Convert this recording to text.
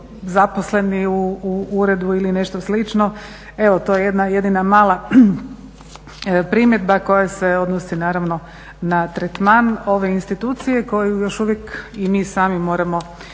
zaposleni u uredu ili nešto slično. Evo to je jedna jedina mala primjedba koja se odnosi naravno na tretman ove institucije koju još uvijek i mi sami moramo jačati.